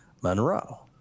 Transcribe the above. Monroe